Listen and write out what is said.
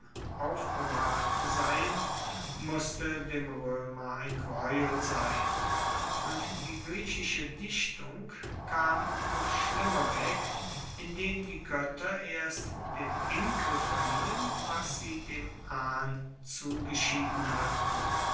aufbewahrt seien musste dem roemer ein greuel sein und die griechische dichtung kam noch schlimmer weg indem die goetter erst dem enkel verliehen was sie dem ahn zugeschieden hatten